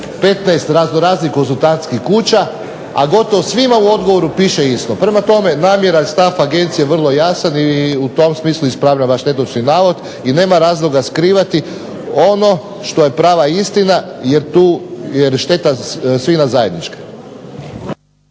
15 razno raznih konzultantskih kuća, a gotovo svima u odgovoru piše isto. Prema tome, namjera i stav agencije vrlo jasan i u tom smislu ispravljam vaš netočni navod i nema razloga skrivati ono što je prava istina jer je šteta svima zajednička.